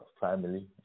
family